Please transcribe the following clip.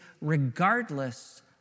regardless